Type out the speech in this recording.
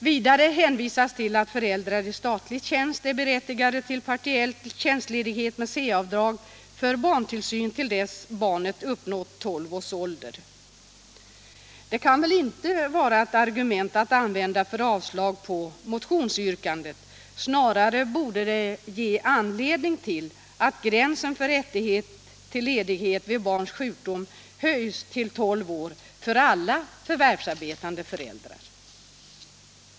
Vidare hänvisas till att föräldrar i statlig tjänst är berättigade till partiell tjänstledighet med C-avdrag för barntillsyn till dess barnet uppnått tolv års ålder. Det kan väl inte vara ett argument att använda för avstyrkande av motionsyrkandet. Snarare borde det ge anledning till att gränsen för rätt till ledighet vid barns sjukdom höjdes till tolv år för alla förvärvsarbetande föräldrar.